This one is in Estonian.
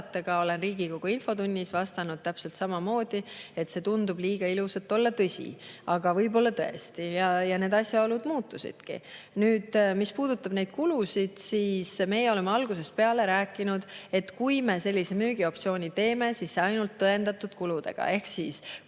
olen Riigikogu infotunnis vastanud täpselt samamoodi, et see tundub liiga ilus, et olla tõsi, aga võib-olla tõesti. Ja need asjaolud muutusidki. Mis puudutab neid kulusid, siis oleme algusest peale rääkinud, et kui me sellise müügioptsiooni teeme, siis ainult tõendatud kuludega ehk